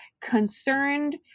concerned